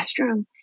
restroom